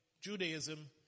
Judaism